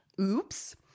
Oops